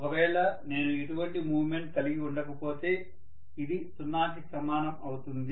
ఒకవేళ నేను ఎటువంటి మూమెంట్ కలిగి ఉండకపోతే ఇది సున్నాకి సమానం అవుతుంది